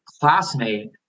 classmate